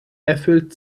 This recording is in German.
erfüllt